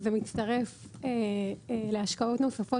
זה מצטרף להשקעות נוספות,